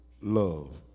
love